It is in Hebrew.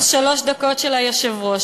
שלוש דקות, פלוס שלוש דקות של היושב-ראש.